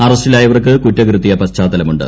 അറസ്റ്റിലായവർക്ക് കുറ്റകൃത്യ പശ്ചാത്തലമുണ്ട്